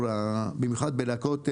במיוחד בלהקות מבוגרות,